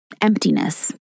emptiness